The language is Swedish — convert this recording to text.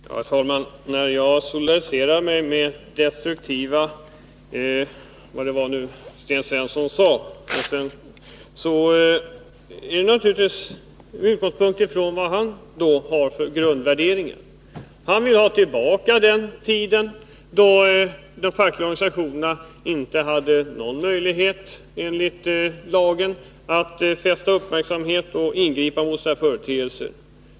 Herr talman! Att som Sten Svensson säga att jag solidariserar mig med destruktiva företeelser på arbetsmarknaden låter sig naturligtvis göra med utgångspunkt i de grundvärderingar Sten Svensson har. Han vill ha tillbaka den tid då de fackliga organisationerna inte hade någon möjlighet enligt lagen att fästa uppmärksamheten på och ingripa mot olika företeelser.